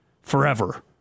forever